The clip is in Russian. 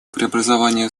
преобразования